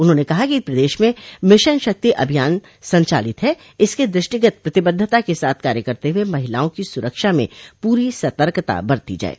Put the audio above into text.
उन्होंने कहा कि प्रदेश में मिशन शक्ति अभियान संचालित है इसके दृष्टिगत प्रतिबद्धता के साथ कार्य करते हुए महिलाओं की सुरक्षा में पूरी सतर्कता बरती जाये